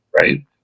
Right